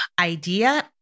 idea